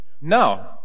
No